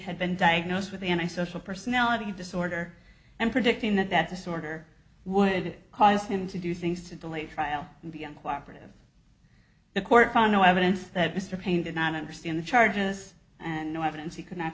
had been diagnosed with an eye social personality disorder and predicting that that disorder would cause him to do things to delay the trial and be uncooperative the court found no evidence that mr paine did not understand the charges and no evidence he could not